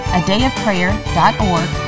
adayofprayer.org